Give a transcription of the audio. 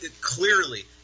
clearly